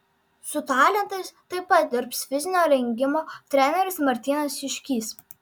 su talentais taip pat dirbs fizinio rengimo treneris martynas juškys